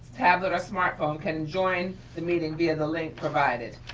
tablet or smartphone can join the meeting via the link provided.